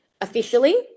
officially